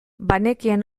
banekien